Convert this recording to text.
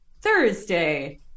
Thursday